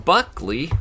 Buckley